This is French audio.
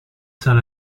saint